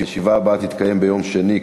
הישיבה הבאה תתקיים ביום שני,